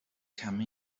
come